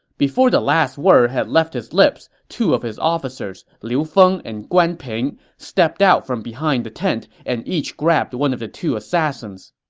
before the last word had left his lips, two of his officers, liu feng and guan ping, stepped out from behind the tent and each grabbed one of the two assassins.